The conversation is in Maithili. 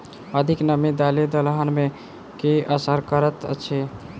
अधिक नामी दालि दलहन मे की असर करैत अछि?